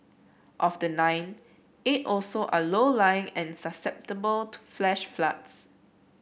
of the nine eight also are low lying and susceptible to flash floods